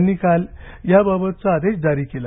यांनी काल याबाबतचा आदेश जारी केला